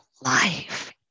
life